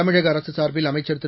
தமிழக அரசு சார்பில் அமைச்சர் திரு